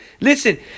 Listen